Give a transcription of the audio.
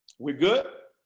we're good?